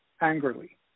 angrily